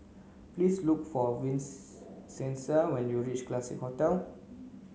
please look for when you reach Classique Hotel